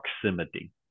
proximity